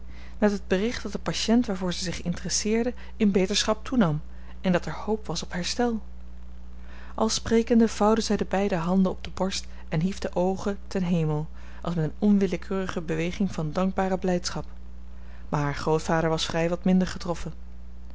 met het bericht dat de patiënt waarvoor zij zich interesseerde in beterschap toenam en dat er hoop was op herstel al sprekende vouwde zij de beide handen op de borst en hief de oogen ten hemel als met eene onwillekeurige beweging van dankbare blijdschap maar haar grootvader was vrij wat minder getroffen